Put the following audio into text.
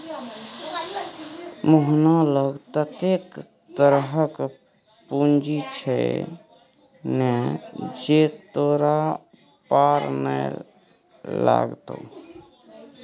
मोहना लग ततेक तरहक पूंजी छै ने जे तोरा पार नै लागतौ